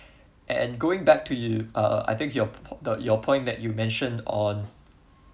and going back to you uh I think your po~ your point that you mention on